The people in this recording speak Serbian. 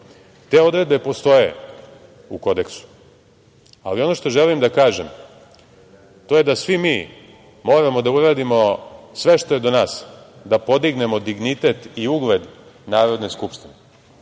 odredbe postoje u kodeksu, ali ono što želim da kažem, to je da svi moramo da uradimo sve što je do nas da podignemo dignitet i ugled Narodne skupštine.